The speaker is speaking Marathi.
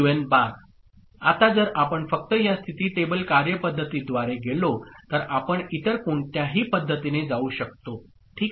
Qn' आता जर आपण फक्त या स्थिती टेबल कार्यपदधतीद्वारे गेलो तर आपण इतर कोणत्याही पध्दतीने जाऊ शकतो ठीक आहे